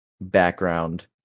background